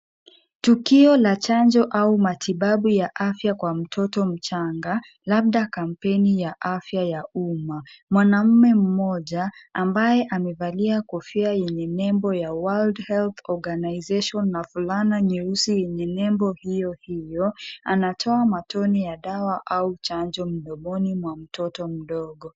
Tukio la chanjo au matibabu ya afya kwa mtoto mchanga, labda kampeni ya afya ya umma. Mwanamume mmoja ambaye amevalia kofia yenye nembo ya world health organisation na fulana nyeusi yenye nembo hiyo hiyo, anatoa matone ya dawa au chanjo mdomoni mwa mtoto mdogo.